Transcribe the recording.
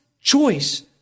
choice